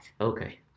Okay